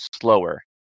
slower